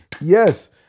Yes